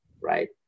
right